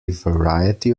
variety